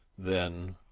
then,